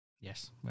Yes